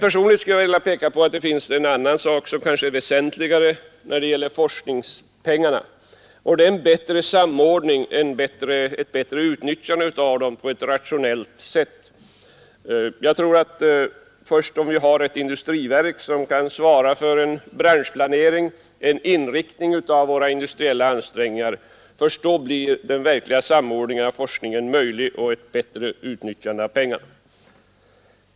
Personligen skulle jag vilja peka på en annan sak som kanske är väsentligare när det gäller forskningspengarna, och det är en bättre samordning, ett utnyttjande av dem på ett rationellt sätt. Jag tror att om vi har ett industriverk som kan svara för branschplanering och inriktning av våra industriella ansträngningar, först då blir det möjligt att få den verkliga samordningen av forskningen och ett bättre utnyttjande av pengarna.